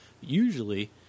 Usually